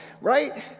Right